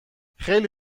خیلی